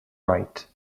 right